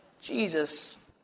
Jesus